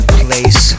place